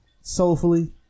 soulfully